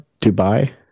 Dubai